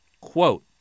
Quote